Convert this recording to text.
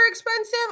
expensive